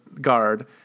guard